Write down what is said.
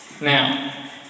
Now